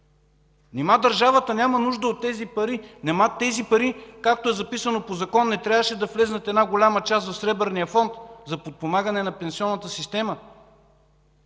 Нима държавата няма нужда от тези пари? Нима тези пари, както е записано по закон, не трябваше да влязат една голяма част в Сребърния фонд за подпомагане на пенсионната система?!